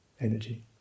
energy